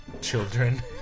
children